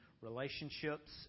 relationships